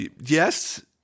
Yes